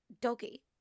doggy